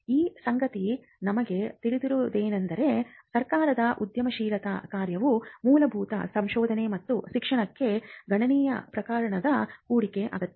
ಈ ಸಂಗತಿ ನಮಗೆ ತಿಳಿಸುವುದೇನೆಂದರೆ ಸರ್ಕಾರದ ಉದ್ಯಮಶೀಲತಾ ಕಾರ್ಯವು ಮೂಲಭೂತ ಸಂಶೋಧನೆ ಮತ್ತು ಶಿಕ್ಷಣಕ್ಕೆ ಗಣನೀಯ ಪ್ರಮಾಣದ ಹೂಡಿಕೆ ಅಗತ್ಯ